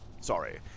Sorry